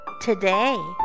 today